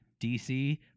DC